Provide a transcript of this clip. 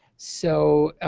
so